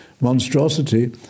monstrosity